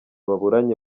baburanye